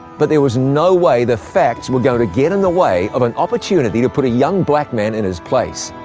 but there was no way the facts were going to get in the way of an opportunity to put a young black man in his place.